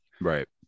right